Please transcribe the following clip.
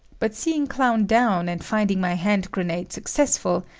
but seeing clown down and finding my hand grenade successful,